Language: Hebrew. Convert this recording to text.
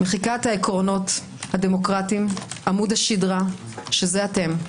מחיקת העקרונות הדמוקרטיים, עמוד השדרה שזה אתם,